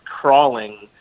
crawling